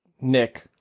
Nick